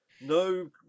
no